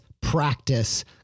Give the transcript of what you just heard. practice